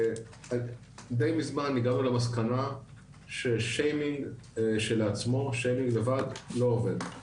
די מזמן הגענו למסקנה ששיימינג כשלעצמו זה דבר שלא עובד.